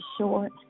short